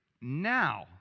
Now